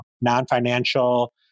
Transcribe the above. Non-financial